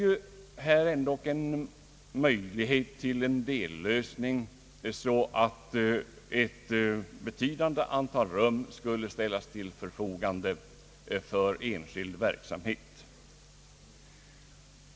Vi har dock en möjlighet till en dellösning så att ett betydande antal rum skulle ställas till förfogande för enskild verksamhet.